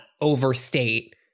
overstate